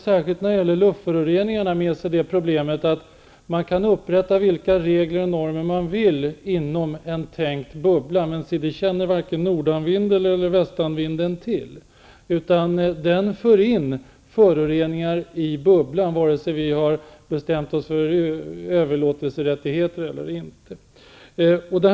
Särskilt när det gäller luftföroreningar bär de med sig det problemet att man kan upprätta vilka regler och normer man vill inom en tänkt bubbla, men det känner varken nordanvinden eller västanvinden till, utan de för in föroreningar i bubblan vare sig vi har bestämt oss för överlåtelserättigheter eller inte.